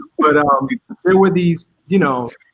but um um there were these, you know,